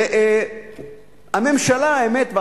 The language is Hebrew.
האמת שהממשלה,